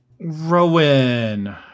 Rowan